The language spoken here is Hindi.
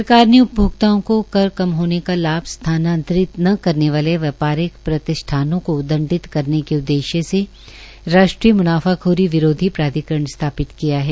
सरकार ने उपभोक्ताओ को कर कम होने का लाभ स्थानातरित न करने वाले व्यापारिक प्रतिष्ठानों को दण्डित करने के उद्देश्य से राष्ट्रीय म्नाफाखोरों विरोधी प्राधिकरण स्थापित किया है